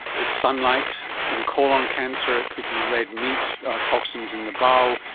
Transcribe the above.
it's sunlight. in colon cancer it could be red meat or toxins in the bowel.